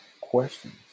questions